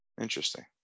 Interesting